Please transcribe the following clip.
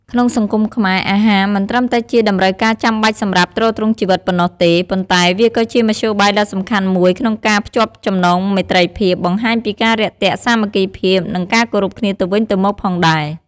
ក្នុងសង្គមខ្មែរ អាហារមិនត្រឹមតែជាតម្រូវការចាំបាច់សម្រាប់ទ្រទ្រង់ជីវិតប៉ុណ្ណោះទេ ប៉ុន្តែវាក៏ជាមធ្យោបាយដ៏សំខាន់មួយក្នុងការភ្ជាប់ចំណងមេត្រីភាព បង្ហាញពីការរាក់ទាក់ សាមគ្គីភាព និងការគោរពគ្នាទៅវិញទៅមកផងដែរ។